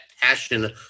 passion